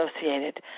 associated